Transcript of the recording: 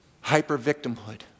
hyper-victimhood